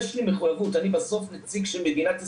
יש לי מחויבות, אני בסוף נציג של מדינת ישראל,